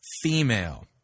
female